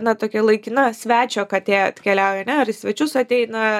na tokia laikina svečio katė atkeliauja ane ar į svečius ateina